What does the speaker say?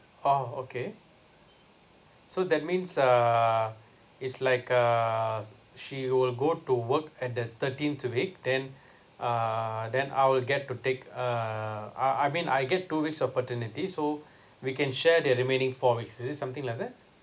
oh okay so that means uh it's like uh she will go to work at the thirteenth week then uh then I'll get to take uh I I mean I get two weeks of paternity so we can share the remaining four weeks is it something like that